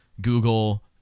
Google